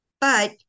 But-